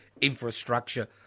infrastructure